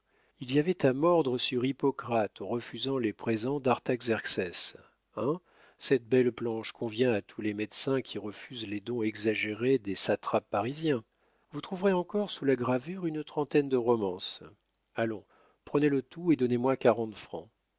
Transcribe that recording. il y avait à mordre sur hippocrate refusant les présents d'artaxerxès hein cette belle planche convient à tous les médecins qui refusent les dons exagérés des satrapes parisiens vous trouverez encore sous la gravure une trentaine de romances allons prenez le tout et donnez-moi quarante francs